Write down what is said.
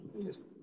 Yes